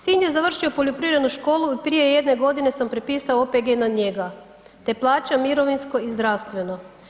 Sin je završio poljoprivrednu školu i prije jedne godine sam prepisao OPG na njega te plaća mirovinsko i zdravstveno.